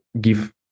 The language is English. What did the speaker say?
give